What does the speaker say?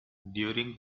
during